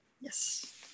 Yes